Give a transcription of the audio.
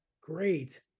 great